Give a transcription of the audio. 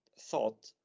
thought